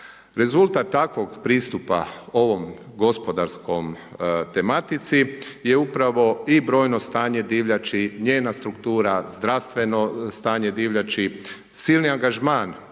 Rezultat takvog pristup ovoj gospodarskoj tematici je upravo i brojno stanje divljač, njena struktura, zdravstveno stanje divljači, silni angažman lovaca,